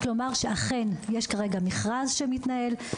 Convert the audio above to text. רק לומר שאכן יש כרגע מכרז שמתנהל,